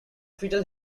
fetal